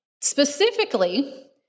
Specifically